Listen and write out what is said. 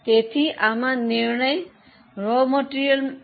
તેથી આમાં નિર્ણય કાચા માલનો વધુ સારા ઉપયોગ વિશે છે